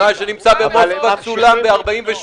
מה שנמצא במוסקבה צולם ב-1948.